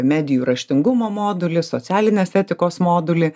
medijų raštingumo modulį socialinės etikos modulį